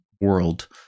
world